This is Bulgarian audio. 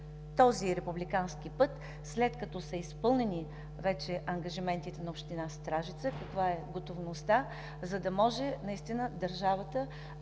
този републикански път: след като са изпълнени вече ангажиментите на община Стражица, каква е готовността, за да може държавата